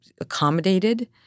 accommodated